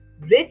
rich